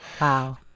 Wow